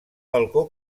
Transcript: balcó